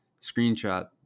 screenshot